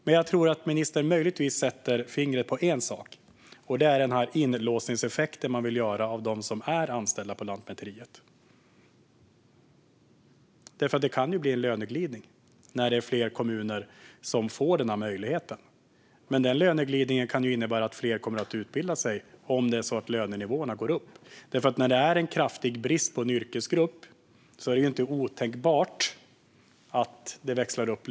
Men jag tror att ministern sätter fingret på en sak, nämligen inlåsningseffekten för dem som är anställda på Lantmäteriet. Det kan bli fråga om löneglidning när fler kommuner får denna möjlighet. Men den löneglidningen kan innebära att fler kommer att utbilda sig - om lönenivåerna går upp. När det är en kraftig brist på en yrkesgrupp är det inte otänkbart att löneläget växlar upp.